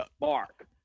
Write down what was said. mark